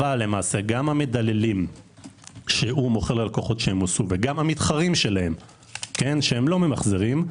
אבל גם המדללים שהוא מוכר ללקוחות שמוסו וגם המתחרים שלהם שלא ממחזרים,